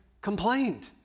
complained